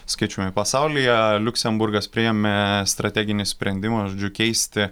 skaičiumi pasaulyje liuksemburgas priėmė strateginį sprendimą žodžiu keisti